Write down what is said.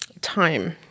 time